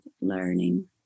learning